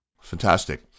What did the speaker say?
Fantastic